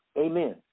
Amen